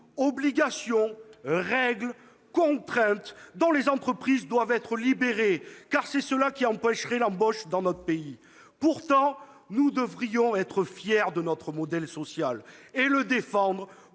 obligations, des règles, des contraintes, dont les entreprises devraient être libérées, car elles empêcheraient l'embauche dans notre pays. Pourtant, nous devrions être fiers de notre modèle social et le défendre